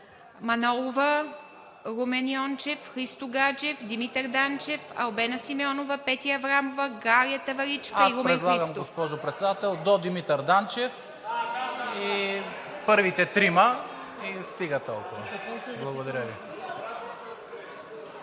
Манолова, Румен Йончев, Христо Гаджев, Димитър Данчев, Албена Симеонова, Петя Аврамова, Галя Таваличка и Румен Христов. ГЕОРГИ СВИЛЕНСКИ: Аз предлагам, госпожо Председател, до Димитър Данчев и първите трима, и стига толкова. Благодаря Ви. (Силен шум